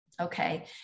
Okay